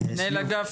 מנהל אגף